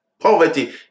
poverty